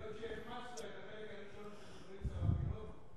שהעולם נברא בשישה ימים.